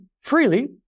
Freely